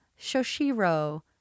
Shoshiro